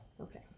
Okay